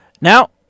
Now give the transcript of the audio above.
Now